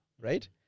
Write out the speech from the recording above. Right